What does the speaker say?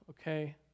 okay